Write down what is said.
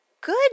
Good